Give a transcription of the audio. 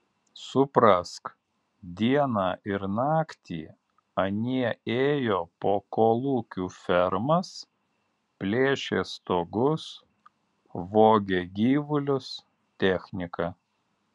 suprask dieną ir naktį anie ėjo po kolūkių fermas plėšė stogus vogė gyvulius techniką